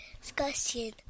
discussion